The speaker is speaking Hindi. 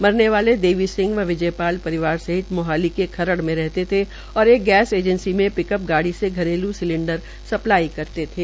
मरने वाले देवी सिंह व विजयपाल परिवार सहित मोहाली खरड़ मे रहते थे और एक गैंस एजेंसी में पिकअप गाड़ी से घरेलू सिलिंडर स्प्लाई करते थे